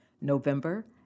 November